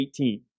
18